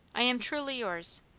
i am truly yours,